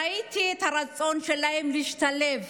ראיתי את הרצון שלהן להשתלב,